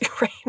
Right